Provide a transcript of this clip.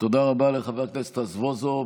תודה רבה לחבר הכנסת רזבוזוב,